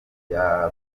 bya